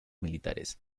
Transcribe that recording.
militares